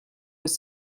was